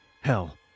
Hell